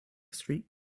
street